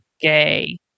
gay